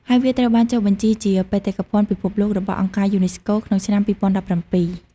ហើយវាត្រូវបានចុះបញ្ជីជាបេតិកភណ្ឌពិភពលោករបស់អង្គការយូណេស្កូក្នុងឆ្នាំ ២០១៧។